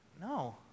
no